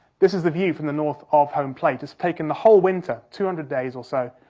this is the view from the north of home plate. it's taken the whole winter, two hundred days or so,